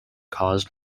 caused